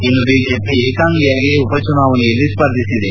ಇನ್ನು ಬಿಜೆಪಿ ಏಕಾಂಗಿಯಾಗಿ ಉಪಚುನಾವಣೆಯಲ್ಲಿ ಸ್ಪರ್ಧಿಸಿದೆ